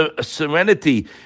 serenity